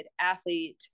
athlete